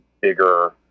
bigger